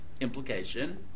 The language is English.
Implication